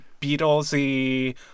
beatlesy